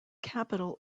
capital